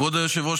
כבוד היושב-ראש,